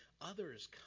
others